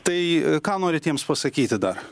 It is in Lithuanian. tai ką norit jiems pasakyti dar